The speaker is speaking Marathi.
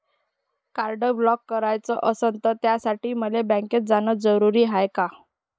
कार्ड ब्लॉक कराच असनं त त्यासाठी मले बँकेत जानं जरुरी हाय का?